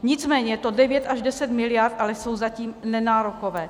Nicméně je to devět až deset miliard, ale jsou zatím nenárokové.